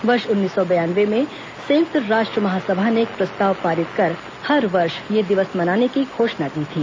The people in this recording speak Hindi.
वर्ष उन्नीस सौ बयानवे में संयुक्त राष्ट्र महासभा ने एक प्रस्ताव पारित कर हर वर्ष यह दिवस मनाने की घोषणा की थी